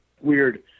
weird